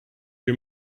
wir